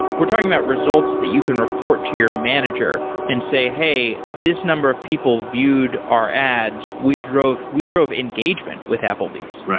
we're talking about results that you can report to your manager and say, hey, this number of people viewed our ads. we drove we drove engagement with applebee's.